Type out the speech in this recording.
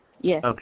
Yes